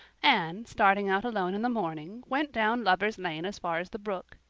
anne, starting out alone in the morning, went down lover's lane as far as the brook.